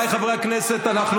ועדת הכנסת, ועדת הכנסת, ועדת הכנסת.